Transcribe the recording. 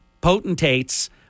potentates